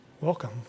Welcome